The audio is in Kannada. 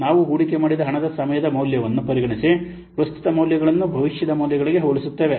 ನಾವು ಹೂಡಿಕೆ ಮಾಡಿದ ಹಣದ ಸಮಯದ ಮೌಲ್ಯವನ್ನು ಪರಿಗಣಿಸಿ ಪ್ರಸ್ತುತ ಮೌಲ್ಯಗಳನ್ನು ಭವಿಷ್ಯದ ಮೌಲ್ಯಗಳಿಗೆ ಹೋಲಿಸುತ್ತೇವೆ